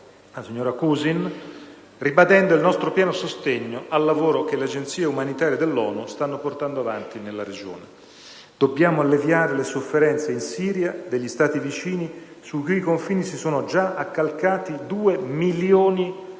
Ertharin Cousin, ribadendo il nostro pieno sostegno al lavoro che le agenzie umanitarie dell'ONU stanno portando avanti nella regione. Dobbiamo alleviare le sofferenze in Siria e degli Stati vicini, sui cui confini si sono già accalcati 2 milioni di profughi.